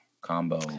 combo